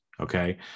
Okay